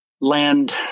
land